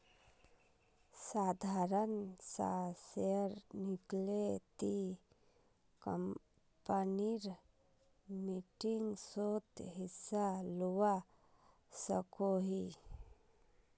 साधारण सा शेयर किनले ती कंपनीर मीटिंगसोत हिस्सा लुआ सकोही